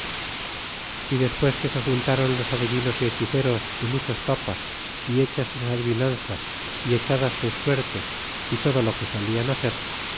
y despues que se juntron los adivinos y hechizeros y muchos papas y hechas sus adivinanzas y echadas sus suertes y todo lo que solian hacer